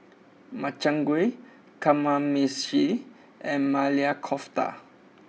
Makchang Gui Kamameshi and Maili Kofta